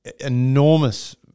enormous